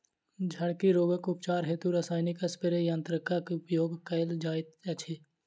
झड़की रोगक उपचार हेतु रसायनिक स्प्रे यन्त्रकक प्रयोग कयल जाइत अछि